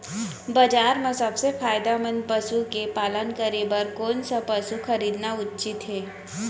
बजार म सबसे फायदामंद पसु के पालन करे बर कोन स पसु खरीदना उचित हे?